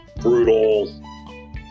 brutal